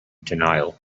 denial